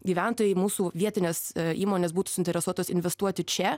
gyventojai mūsų vietinės įmonės būtų suinteresuotos investuoti čia